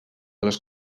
les